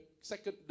second